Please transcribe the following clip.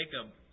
Jacob